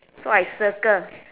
so I circle